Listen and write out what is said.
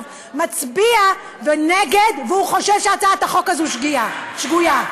מצביע נגד וחושב שהצעת החוק הזאת שגויה.